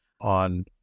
on